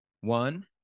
One